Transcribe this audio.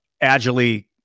agilely